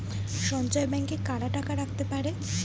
সঞ্চয় ব্যাংকে কারা টাকা রাখতে পারে?